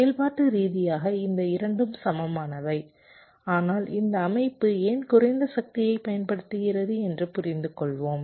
செயல்பாட்டு ரீதியாக இந்த 2 ம் சமமானவை ஆனால் இந்த அமைப்பு ஏன் குறைந்த சக்தியைப் பயன்படுத்துகிறது என்று புரிந்து கொள்வோம்